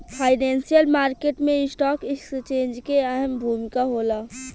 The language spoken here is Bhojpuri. फाइनेंशियल मार्केट में स्टॉक एक्सचेंज के अहम भूमिका होला